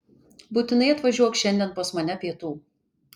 būtinai atvažiuok šiandien pas mane pietų